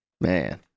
Man